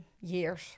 years